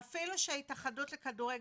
אפילו שההתאחדות לכדורגל,